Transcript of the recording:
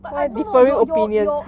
but I no no your your your